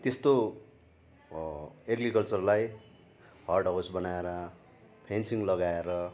त्यस्तो एग्रिकल्चरलाई hot house बनाएर फेन्सिङ लगाएर